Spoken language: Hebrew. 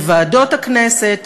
של ועדות הכנסת.